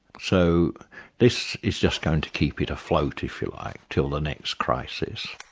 so this is just going to keep it afloat if you like till the next crisis.